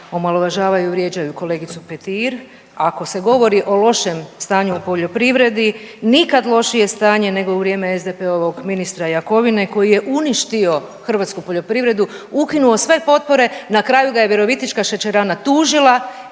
omalovažavaju i vrijeđaju kolegicu Petir. Ako se govori o lošem stanju u poljoprivredi, nikad lošije stanje nego u vrijeme SDP-ovog ministra Jakovine koji je uništio hrvatsku poljoprivredu, ukinuo sve potpore, na kraju ga je virovitička šećerana tužila